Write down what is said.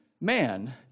man